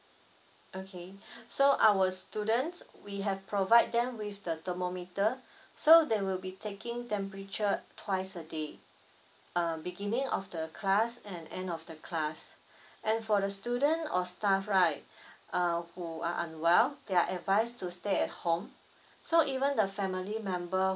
okay so our students we have provide them with the thermometre so they will be taking temperature twice a day uh beginning of the class and end of the class and for the student or staff right uh who are unwell they are advised to stay at home so even the family member